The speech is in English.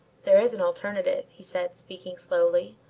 there is an alternative, he said, speaking slowly,